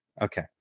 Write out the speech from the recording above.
Okay